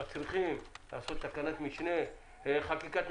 מצליחים לעשות חקיקת משנה ותקנות,